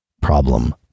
Problem